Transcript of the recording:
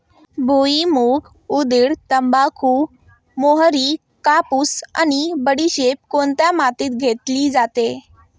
भुईमूग, उडीद, तंबाखू, मोहरी, कापूस आणि बडीशेप कोणत्या मातीत घेतली जाते?